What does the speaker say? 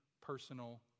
personal